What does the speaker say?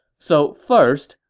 so first,